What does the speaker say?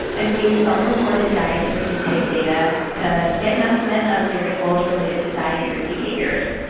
and we used self-reported dietary intake data to get an estimate of variables related to dietary behaviours.